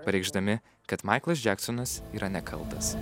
pareikšdami kad maiklas džeksonas yra nekaltas